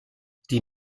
die